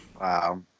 Wow